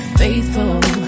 faithful